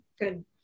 Good